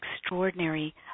extraordinary